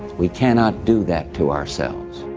we cannot do that to ourselves.